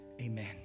Amen